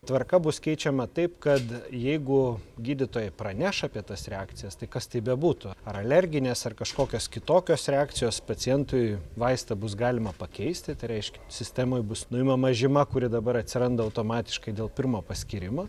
tvarka bus keičiama taip kad jeigu gydytojai praneš apie tas reakcijas tai kas tai bebūtų ar alerginės ar kažkokios kitokios reakcijos pacientui vaistą bus galima pakeisti tai reiškia sistemoj bus nuimama žyma kuri dabar atsiranda automatiškai dėl pirmo paskyrimo